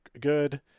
good